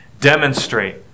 demonstrate